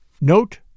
Note